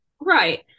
Right